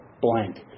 blank